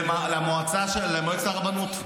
למועצת הרבנות,